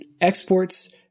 exports